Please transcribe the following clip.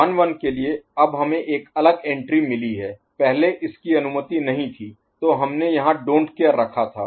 1 1 के लिए अब हमें एक अलग एंट्री Entry प्रविष्टि मिली है पहले इसकी अनुमति नहीं थी तो हमने यहाँ डोंट केयर Don't Care रखा था